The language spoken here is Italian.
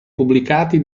pubblicati